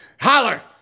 Holler